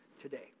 today